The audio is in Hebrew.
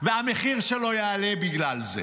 והמחיר שלו יעלה בגלל זה.